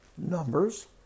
Numbers